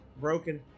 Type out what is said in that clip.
broken